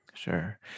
Sure